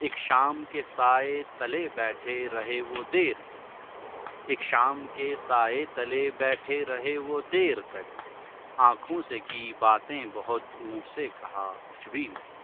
ایک شام کے سائے تلے بیٹھے رہے وہ دیر تک ایک شام کے سائے تلے بیٹھے رہے وہ دیر تک آنکھوں سے کی باتیں بہت منہ سے کہا کچھ بھی نہیں